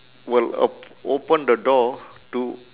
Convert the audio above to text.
will op~ open the door to